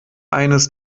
eines